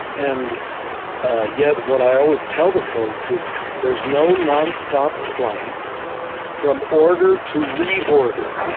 and yet, what i always tell the folks is there's no nonstop flight from order to reorder.